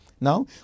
Now